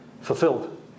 fulfilled